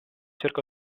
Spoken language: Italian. cercò